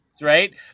Right